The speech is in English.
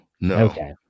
no